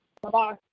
Bye-bye